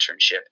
internship